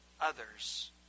others